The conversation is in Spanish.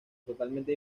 totalmente